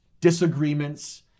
disagreements